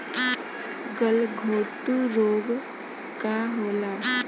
गलघोटू रोग का होला?